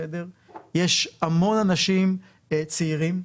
יש המון אנשים צעירים.